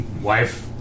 wife